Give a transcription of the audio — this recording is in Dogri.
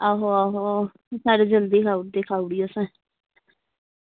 आहो आहो सारे जल्दी खाई ओड़दे खाई ओड़ी असें